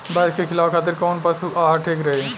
भैंस के खिलावे खातिर कोवन पशु आहार ठीक रही?